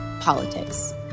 politics